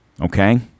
Okay